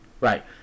Right